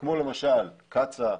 אין לנו קרבות גרסאות.